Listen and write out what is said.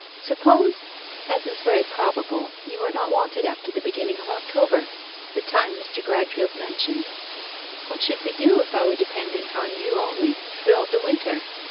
suppose as is very probable, you are not wanted after the beginning of october the time mr. gradfield mentioned what should we do if i were dependent on you only throughout the winter